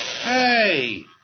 Hey